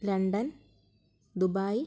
London Dubai